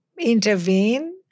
intervene